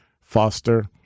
foster